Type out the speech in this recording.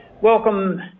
welcome